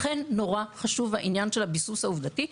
לכן מאוד חשוב העניין של הביסוס העובדתי.